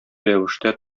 рәвештә